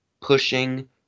pushing